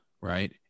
right